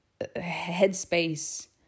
headspace